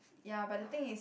ya but the thing is